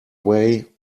way